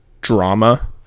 drama